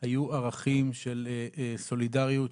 היו ערכים של סולידריות,